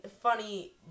funny